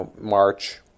March